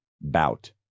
Bout